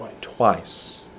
Twice